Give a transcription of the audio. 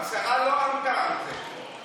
השרה לא ענתה על זה.